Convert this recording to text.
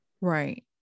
Right